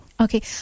Okay